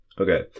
Okay